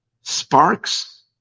Sparks